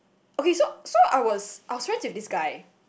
okay so so I was I was friends with this guy